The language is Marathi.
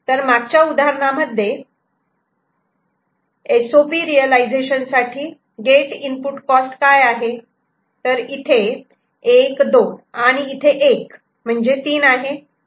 तर मागच्या उदाहरणामध्ये एस ओ पी रियलायझेशन साठी गेट इनपुट कॉस्ट काय आहे तर इथे 1 2 आणि इथे 1 म्हणजे तीन आहे